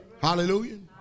Hallelujah